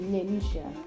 Ninja